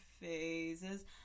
phases